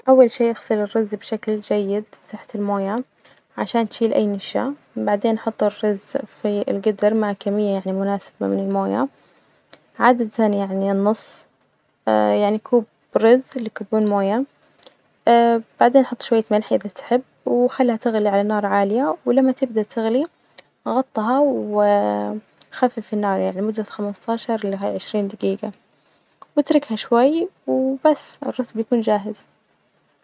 أول شي إغسل الرز بشكل جيد تحت الموية عشان تشيل أي نشا، بعدين حط الرز في الجدر مع كمية يعني مناسبة من الموية، عادة يعني النص يعني كوب رز اللي يكبون موية بعدين حط شوية ملح إذا تحب وخلها تغلي على نار عالية، ولما تبدأ تغلي غطها وخفف النار يعني لمدة خمسطعشر لعشرين دجيجة وإتركها شوي، وبس الرز بيكون جاهز.